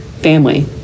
family